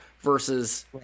versus